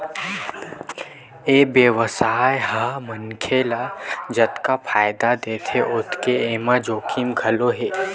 ए बेवसाय ह मनखे ल जतका फायदा देथे ओतके एमा जोखिम घलो हे